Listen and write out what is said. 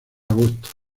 agosto